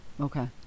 okay